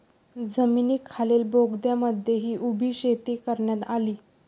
जमिनीखालील बोगद्यांमध्येही उभी शेती करण्यात आली